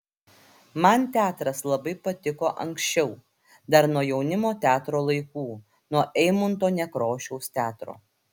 man teatras labai patiko anksčiau dar nuo jaunimo teatro laikų nuo eimunto nekrošiaus teatro